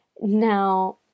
Now